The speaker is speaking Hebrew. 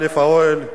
אל"ף, אוהל,